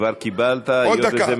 כבר קיבלת, היות שזה מרגש, עוד דקה.